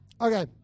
Okay